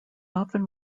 often